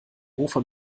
hofer